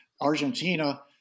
Argentina